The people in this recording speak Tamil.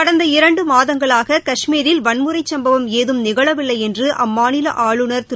கடந்த இரண்டு மாதங்களாக காஷ்மீரில் வன்முறை சும்பவம் ஏதும் நிகழவில்லை என்று அம்மாநில ஆளுநர் திரு